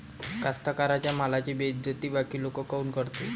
कास्तकाराइच्या मालाची बेइज्जती बाकी लोक काऊन करते?